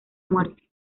muerte